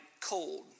cold